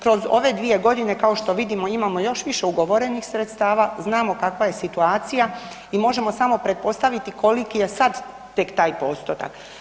Kroz ove 2 godine kao što vidimo imamo još više ugovorenih sredstava, znamo kakva je situacija i možemo samo pretpostaviti koliki je sad tek taj postotak.